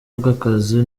bw’akazi